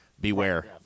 beware